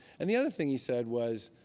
and the other thing he said was,